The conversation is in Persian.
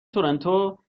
تورنتو